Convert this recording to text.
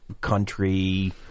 country